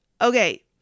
Okay